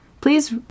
Please